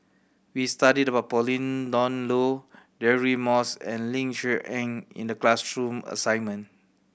we studied about Pauline Dawn Loh Deirdre Moss and Ling Cher Eng in the class true assignment